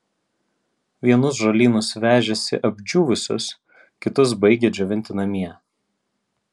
vienus žolynus vežėsi apdžiūvusius kitus baigė džiovinti namie